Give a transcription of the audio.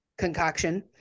Concoction